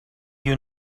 you